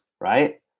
right